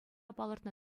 палӑртнӑ